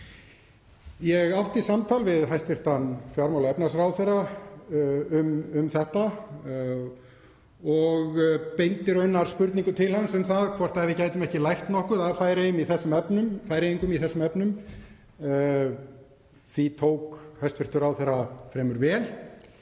Ég átti samtal við hæstv. fjármála- og efnahagsráðherra um þetta og beindi raunar spurningu til hans um það hvort við gætum ekki lært nokkuð af Færeyingum í þessum efnum. Því tók hæstv. ráðherra fremur vel.